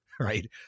right